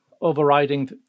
overriding